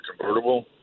convertible